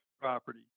property